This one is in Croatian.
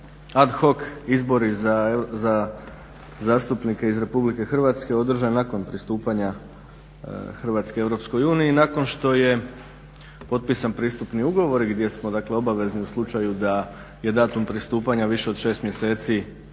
ad hoc izbori za zastupnike iz Republike Hrvatske održan nakon pristupanja Hrvatske Europskoj uniji nakon što je potpisan Pristupni ugovor gdje smo dakle obavezni u slučaju da je datum pristupanja više od šest mjeseci